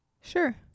Sure